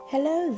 Hello